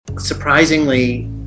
Surprisingly